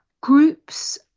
groups